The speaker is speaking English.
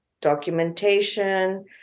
documentation